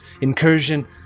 incursion